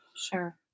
Sure